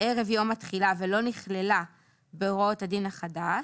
ערב יום התחילה ולא נכללה בהוראות הדין החדש,